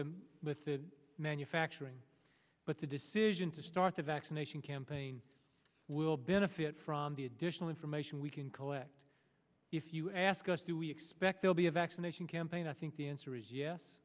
method manufacturing but the decision to start a vaccination campaign we will benefit from the additional information we can collect if you ask us do we expect there'll be a vaccination campaign i think the answer is